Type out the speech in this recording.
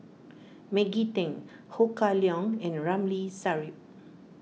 Maggie Teng Ho Kah Leong and Ramli Sarip